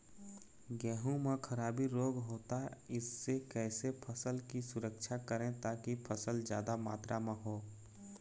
गेहूं म खराबी रोग होता इससे कैसे फसल की सुरक्षा करें ताकि फसल जादा मात्रा म हो?